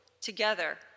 together